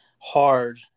hard